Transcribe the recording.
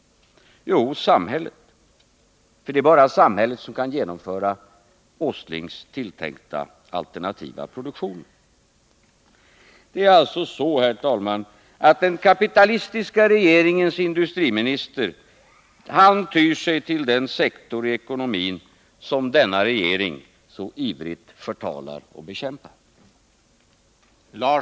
Jo, samhället. För det är bara samhället som kan genomföra Nils Åslings tilltänkta alternativa produktion. Den kapitalistiska regeringens industriminister tyr sig alltså till den sektor i ekonomin som denna regering så ivrigt förtalar och bekämpar.